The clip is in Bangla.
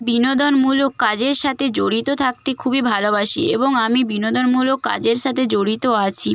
বিনোদনমূলক কাজের সাথে জড়িত থাকতে খুবই ভালোবাসি এবং আমি বিনোদনমূলক কাজের সাথে জড়িত আছি